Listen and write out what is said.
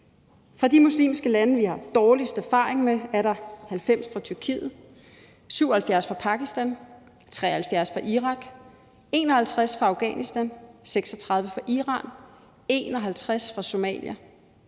Fra de muslimske lande, vi har haft de dårligste erfaringer med, er der 90 fra Tyrkiet, 77 fra Pakistan, 73 fra Irak, 51 fra Afghanistan, 36 fra Iran, 51 fra Somalia,